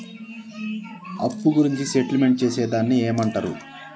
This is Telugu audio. అప్పు గురించి సెటిల్మెంట్ చేసేదాన్ని ఏమంటరు?